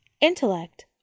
Intellect